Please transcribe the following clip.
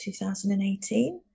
2018